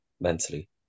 mentally